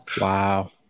wow